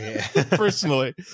personally